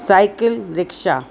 cycle rickshaw